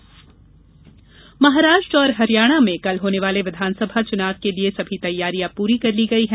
चुनाव हरियाणा महाराष्ट्र और हरियाणा में कल होने वाले विधानसभा चुनाव के लिए सभी तैयारियां पूरी कर ली गई हैं